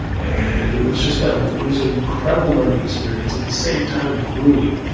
and it was just a it was an incredible learning experience at the same time, grueling,